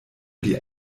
die